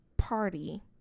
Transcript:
party